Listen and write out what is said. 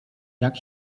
jak